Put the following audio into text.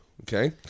okay